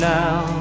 now